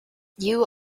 you